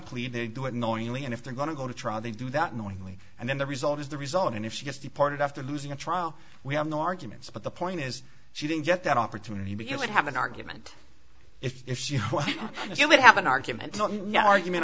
plead they do it knowingly and if they're going to go to trial they do that knowingly and then the result is the result and if she gets deported after losing a trial we have no arguments but the point is she didn't get that opportunity but you would have an argument if she what you would have an argument